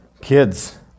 kids